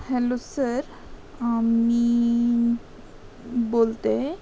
hello sir मी बोलते